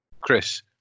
Chris